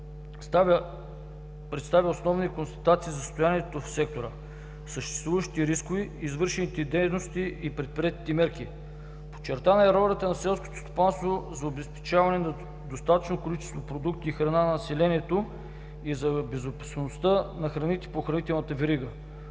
представя основни констатации за състоянието в сектора, съществуващите рискове, извършените дейности и предприетите мерки. Подчертана е ролята на селското стопанство за обезпечаване на достатъчно количество продукти и храни за населението и за безопасността на храните по хранителната верига.